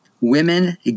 women